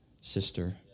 sister